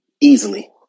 Easily